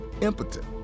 impotent